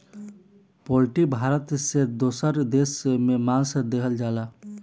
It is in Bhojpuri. पोल्ट्री भारत से दोसर देश में मांस देहल जाला